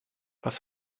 was